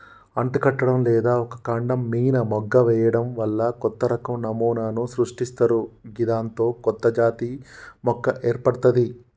అంటుకట్టడం లేదా ఒక కాండం మీన మొగ్గ వేయడం వల్ల కొత్తరకం నమూనాను సృష్టిస్తరు గిదాంతో కొత్తజాతి మొక్క ఏర్పడ్తది